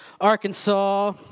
Arkansas